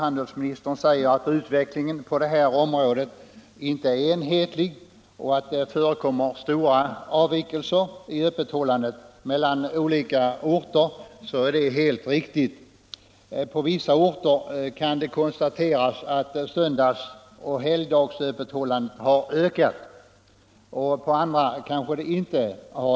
Handelsministern säger att utvecklingen på detta område inte är enhetlig och att det förekommer stora skillnader i öppethållandet mellan olika orter. Det är helt riktigt. På vissa orter har, kan det konstateras, söndagsoch helgdagsöppethållandet ökat, och på andra har det kanske inte ökat.